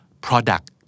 product